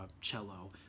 cello